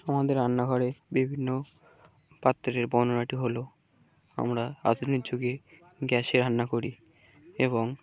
আমাদের রান্নাঘরে বিভিন্ন পাত্রের বর্ণনাটি হলো আমরা আধুনিক যুগে গ্যাসে রান্না করি এবং